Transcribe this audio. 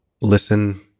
Listen